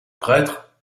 prêtre